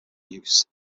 use